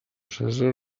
cèsar